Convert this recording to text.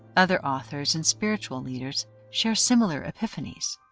other authors and spiritual leaders share similar epiphanies.